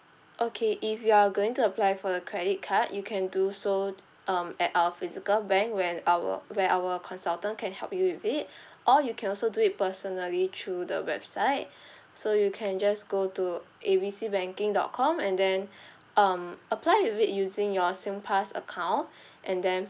okay if you are going to apply for the credit card you can do so um at our physical bank when our where our consultant can help you with it or you can also do it personally through the website so you can just go to A B C banking dot com and then um apply with it using your Singpass account and then